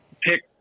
pick